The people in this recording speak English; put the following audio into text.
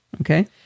Okay